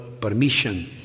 permission